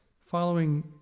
following